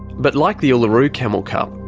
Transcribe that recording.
but like the uluru camel cup,